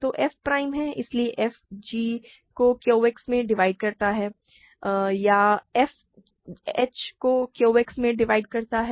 तो f prime है इसलिए f g को QX में डिवाइड करता है या f h को Q X में डिवाइड करता है